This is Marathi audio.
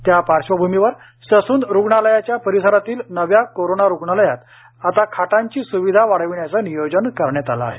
त्या पार्श्वभूमीवर ससुन रुग्णालयाच्या परिसरातील नव्या करोना रुग्णालयात आता खाटांची स्विधा वाढविण्याचे नियोजन करण्यात आले आहे